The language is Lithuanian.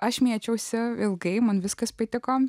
aš mėčiausi ilgai man viskas patiko